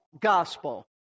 gospel